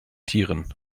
tieren